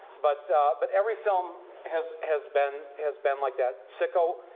but but every film has has been has been like that. sicko,